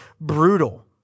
brutal